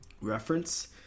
reference